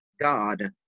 God